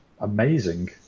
amazing